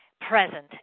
present